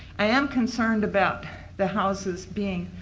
i am concerned about the house is being.